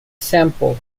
simple